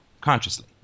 Consciously